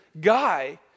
guy